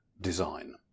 design